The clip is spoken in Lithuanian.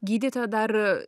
gydytoja dar